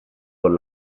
con